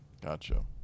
Gotcha